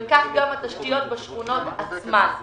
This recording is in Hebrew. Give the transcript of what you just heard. וכך גם התשתיות בשכונות עצמן.